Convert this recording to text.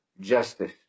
Justice